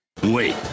Wait